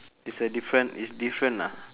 it's a different it's different ah